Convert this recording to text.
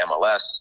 MLS